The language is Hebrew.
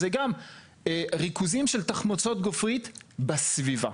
זה גם ריכוזים של תחמוצות גופרית בסביבה.